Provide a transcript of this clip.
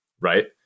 right